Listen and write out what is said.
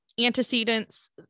antecedents